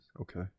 Okay